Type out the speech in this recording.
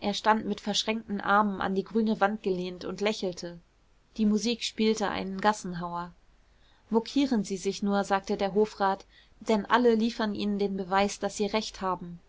er stand mit verschränkten armen an die grüne wand gelehnt und lächelte die musik spielte einen gassenhauer mokieren sie sich nur sagte der hofrat denn alle liefern ihnen den beweis daß sie recht haben